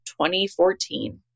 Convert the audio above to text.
2014